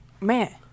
Man